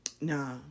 Nah